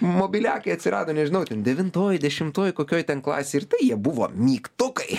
mobiliakai atsirado nežinau ten devintoj dešimtoj kokioj ten klasėj ir tai jie buvo mygtukai